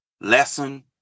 lesson